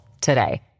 today